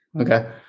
okay